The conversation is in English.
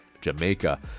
Jamaica